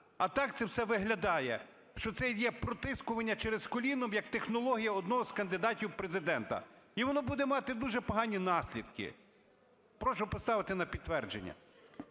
А так, це все виглядає, що це є протискування через коліно, як технологія одного з кандидатів в президенти. І воно буде мати дуже погані наслідки. Прошу поставити на підтвердження.